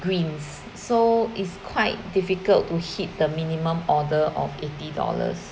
greens so it's quite difficult to hit the minimum order of eighty dollars